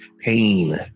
Pain